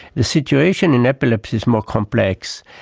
the situation in epilepsy is more complex.